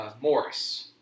Morris